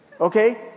Okay